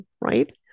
right